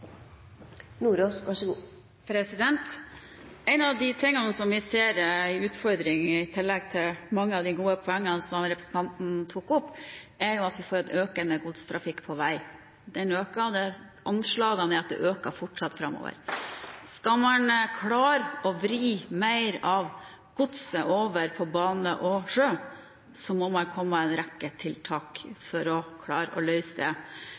en utfordring – i tillegg til mange av de gode poengene som representanten tok opp – er at vi får en økende godstrafikk på vei, for anslagene er at det øker fortsatt framover. Skal man klare å vri mer av godstrafikken over på bane og sjø, må man komme med en rekke tiltak for å klare å løse det.